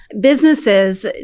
Businesses